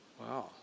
Wow